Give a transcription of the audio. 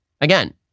again